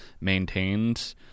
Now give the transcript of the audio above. maintained